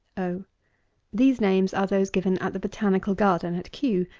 o these names are those given at the botanical garden at kew.